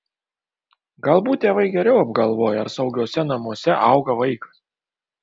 galbūt tėvai geriau apgalvoja ar saugiuose namuose auga vaikas